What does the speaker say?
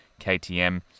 KTM